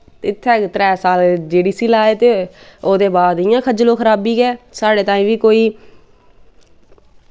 इत्थें गै त्रै साल जी डी सी लाए ते ओह्दे बाद इ'यां खज्जली खराबी गै साढ़े तांई बी कोई